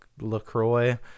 LaCroix